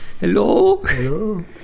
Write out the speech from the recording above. Hello